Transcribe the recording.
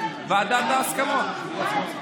ועדת ההסכמות.